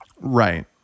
Right